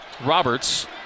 Roberts